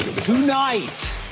Tonight